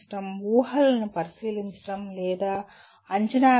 ఊహలను పరిశీలించడం లేదా అంచనా వేయడం